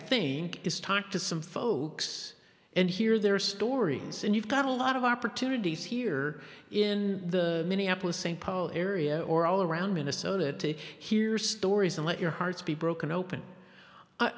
think is talk to some folks and hear their stories and you've got a lot of opportunities here in the minneapolis st paul area or all around minnesota to hear stories and let your hearts be broken open